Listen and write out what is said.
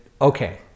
okay